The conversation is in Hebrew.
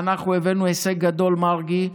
ואנחנו הבאנו הישג גדול, מרגי.